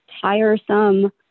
tiresome